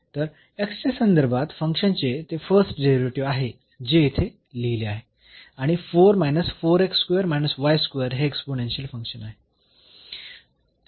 तर x च्या संदर्भात फंक्शन चे ते फर्स्ट डेरिव्हेटिव्ह आहे जे येथे लिहले आहे आणि हे एक्स्पोनेन्शियल फंक्शन आहे